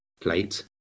plate